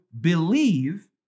believe